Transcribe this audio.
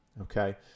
okay